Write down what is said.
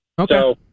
Okay